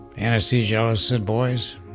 anesthesiologist said, boys,